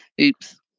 Oops